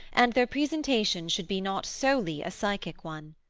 and their presentation should be not solely a psychic one.